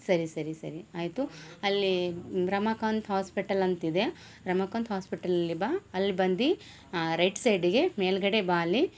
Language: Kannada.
ಸರಿ ಸರಿ ಸರಿ ಆಯಿತು ಅಲ್ಲಿ ರಮಾಕಾಂತ್ ಹಾಸ್ಪೆಟಲ್ ಅಂತಿದೆ ರಮಾಕಾಂತ್ ಹಾಸ್ಪೆಟಲಲ್ಲಿ ಬಾ ಅಲ್ಲಿ ಬಂದು ರೈಟ್ ಸೈಡಿಗೆ ಮೇಲುಗಡೆ ಬಾ ಅಲ್ಲಿ